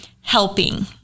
helping